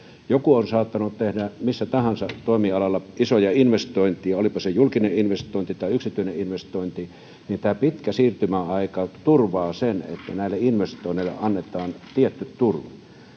joku on saattanut tehdä millä tahansa toimialalla isoja investointeja olipa se julkinen investointi tai yksityinen investointi tämä pitkä siirtymäaika turvaa sen että näille investoinneille annetaan tietty turva